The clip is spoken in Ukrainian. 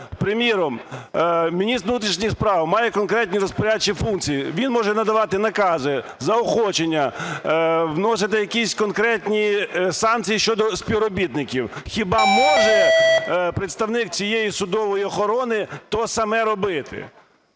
Приміром, міністр внутрішніх справ має конкретні розпорядчі функції: він може надавати накази, заохочення, вносити якісь конкретні санкції щодо співробітників. Хіба може представник цієї судової охорони те саме робити?